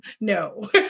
No